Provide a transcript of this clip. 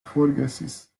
forgesis